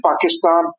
Pakistan